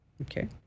okay